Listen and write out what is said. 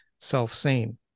self-same